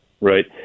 right